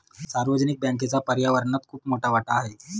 सार्वजनिक बँकेचा पर्यावरणात खूप मोठा वाटा आहे